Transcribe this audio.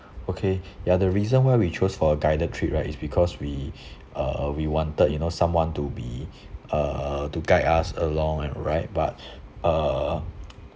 okay ya the reason why we chose for guided trip right is because we uh we wanted you know someone to be uh to guide us along and right but uh